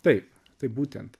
taip taip būtent